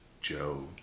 Joe